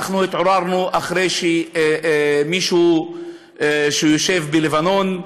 אנחנו התעוררנו אחרי שמישהו שיושב בלבנון,